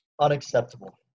Unacceptable